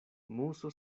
muso